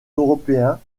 européens